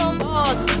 boss